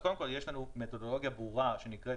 אז קודם כל יש לנו מתודולוגיה ברורה שנקראת